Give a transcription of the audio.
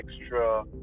extra